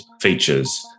features